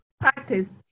practice